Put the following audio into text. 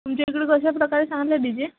तुमच्या इकडं कशा प्रकारे डी जे